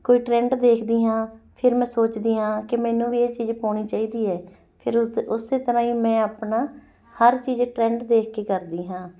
ਕੋਈ ਟਰੈਂਡ ਦੇਖਦੀ ਹਾਂ ਫਿਰ ਮੈਂ ਸੋਚਦੀ ਹਾਂ ਕਿ ਮੈਨੂੰ ਵੀ ਇਹ ਚੀਜ਼ ਪਾਉਣੀ ਚਾਹੀਦੀ ਹੈ ਫਿਰ ਉਸ ਉਸ ਤਰ੍ਹਾਂ ਹੀ ਮੈਂ ਆਪਣਾ ਹਰ ਚੀਜ਼ ਟਰੈਂਡ ਦੇਖ ਕੇ ਕਰਦੀ ਹਾਂ